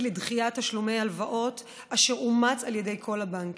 לדחיית תשלומי הלוואות אשר אומץ על ידי כל הבנקים.